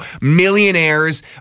millionaires